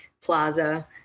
Plaza